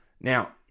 Now